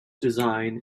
design